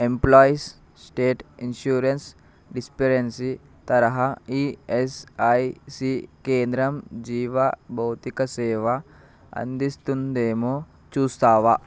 employees state insurance dispensary తరహా ESIC కేంద్రం జీవ భౌతికసేవ అందిస్తుందేమో చూస్తావా